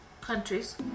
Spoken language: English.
countries